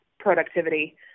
productivity